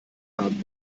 haben